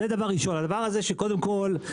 קודם כל,